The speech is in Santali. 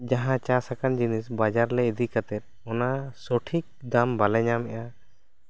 ᱡᱟᱦᱟᱸ ᱪᱟᱥ ᱟᱠᱟᱱ ᱡᱤᱱᱤᱥ ᱵᱟᱡᱟᱨ ᱞᱮ ᱤᱫᱤ ᱠᱟᱛᱮ ᱚᱱᱚ ᱥᱚᱴᱷᱤᱠ ᱫᱟᱢ ᱵᱟᱞᱮ ᱧᱟᱢᱮᱜᱼᱟ